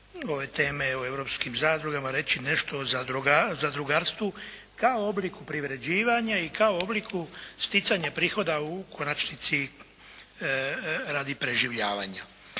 ove teme o europskim zadrugama reći nešto o zadrugarstvu kao obliku privređivanja i kao obliku sticanja prihoda u konačnici radi preživljavanja.